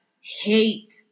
hate